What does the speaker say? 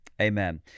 Amen